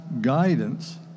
guidance